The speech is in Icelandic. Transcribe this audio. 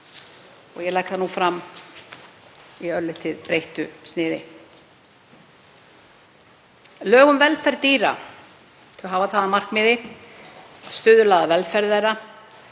Ég legg það nú fram með örlítið breyttu sniði. Lög um velferð dýra hafa það að markmiði að stuðla að velferð þeirra,